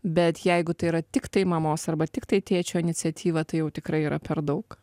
bet jeigu tai yra tiktai mamos arba tiktai tėčio iniciatyva tai jau tikrai yra per daug